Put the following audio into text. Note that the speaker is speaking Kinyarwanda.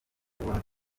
kubohora